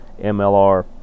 MLR